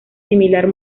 similar